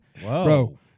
Bro